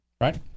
right